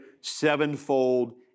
sevenfold